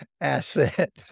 asset